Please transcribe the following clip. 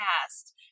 past